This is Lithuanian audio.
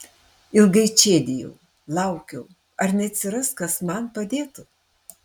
ilgai čėdijau laukiau ar neatsiras kas man padėtų